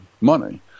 money